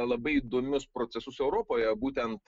labai įdomius procesus europoje būtent